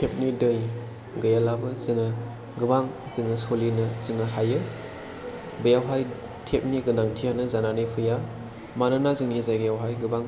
tape नि दै गैयाब्लाबो जोङो गोबां जोङो सोलिनो जोङो हायो बेयावहाय टेप नि गोनांथियानो जानानै फैया मानोना जोंनि जायगायावहाय गोबां